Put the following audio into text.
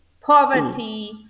poverty